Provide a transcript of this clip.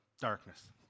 darkness